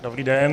Dobrý den.